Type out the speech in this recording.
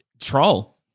Troll